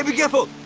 and careful!